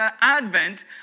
advent